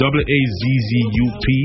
w-a-z-z-u-p